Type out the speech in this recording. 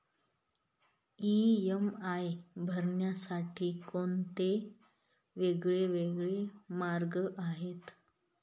EMI भरण्यासाठी कोणते वेगवेगळे मार्ग आहेत?